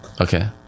okay